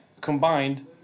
combined